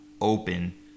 open